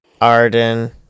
Arden